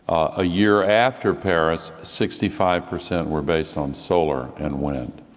a year after paris, sixty five percent were based on solar and wind.